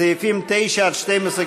סעיפים 9 12,